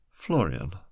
Florian